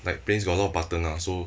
like planes got a lot of button ah